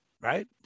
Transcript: Right